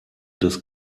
das